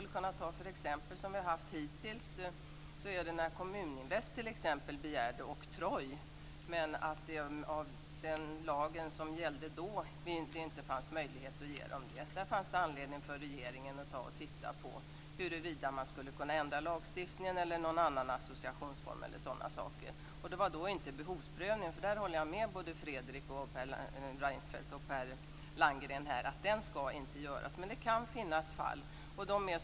Ett exempel på vad vi hittills haft är när Kommuninvest begärde oktroj. Men med den lag som då gällde fanns det inte möjligheter att ge dem det. Där fanns det anledning för regeringen att titta på huruvida man skulle kunna ändra lagstiftningen, på en annan associationsform etc. Det var då inte behovsprövning. Där håller jag med både Fredrik Reinfeldt och Per Landgren om att en sådan inte skall göras men det kan finnas sådana fall.